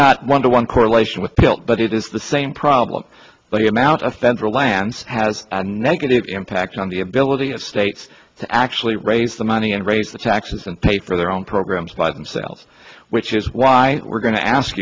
not one to one correlation with guilt but it is the same problem but the amount of central lands has a negative impact on the ability of states to actually raise the money and raise the taxes and pay for their own programs by themselves which is why we're going to ask